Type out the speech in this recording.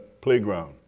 playground